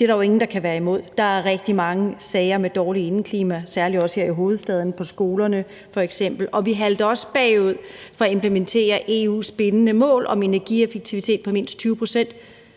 er der jo ingen, der kan være imod. Der er rigtig mange sager om dårligt indeklima, særlig også her i hovedstaden, på skolerne f.eks., og vi halter også bagud med at implementere EU's bindende mål om en energieffektivitet på mindst 20 pct.